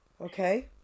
Okay